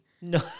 No